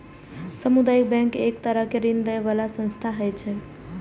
सामुदायिक बैंक एक तरहक ऋण दै बला संस्था होइ छै